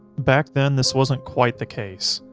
back then this wasn't quite the case.